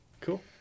cool